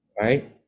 right